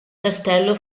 castello